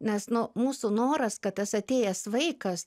nes nu mūsų noras kad tas atėjęs vaikas